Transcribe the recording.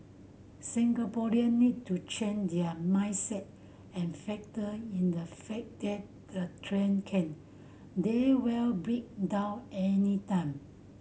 Singaporean need to change their mindset and factor in the fact that the train can they will break down anytime